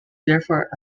therefore